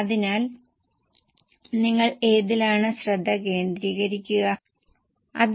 Indian ധാർമ്മിക തത്വങ്ങൾ പിന്തുടരുന്ന കമ്പനിയാണ് അത്